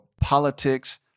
politics